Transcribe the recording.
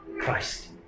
Christ